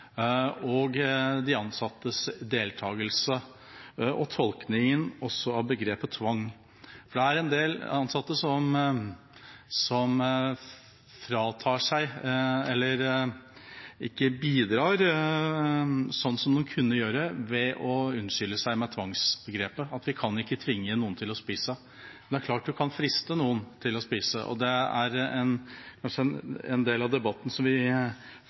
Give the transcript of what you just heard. en del ansatte som ikke bidrar slik de kunne gjøre, ved å unnskylde seg med tvangsbegrepet – at de ikke kan tvinge noen til å spise. Men det er klart man kan friste noen til å spise! Det er kanskje en del av debatten som vi